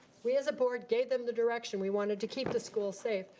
we as a board gave them the direction. we wanted to keep the school safe,